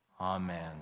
Amen